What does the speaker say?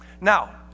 Now